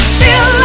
feel